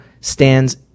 stands